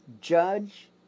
judge